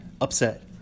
upset